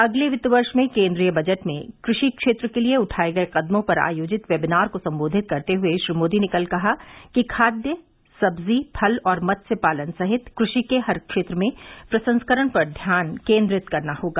अगले वित्त वर्ष में केंद्रीय बजट में कृषि क्षेत्र के लिए उठाए गए कदमों पर आयोजित वेबिनार को संबोधित करते हुए श्री मोदी ने कल कहा कि खाद्य सब्जी फल और मत्स्य पालन सहितकृषि के हर क्षेत्र में प्रसंस्करण पर ध्यान केंद्रित करना होगा